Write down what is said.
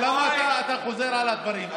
למה אתה חוזר על הדברים?